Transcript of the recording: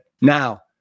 Now